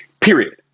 period